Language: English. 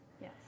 Yes